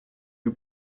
you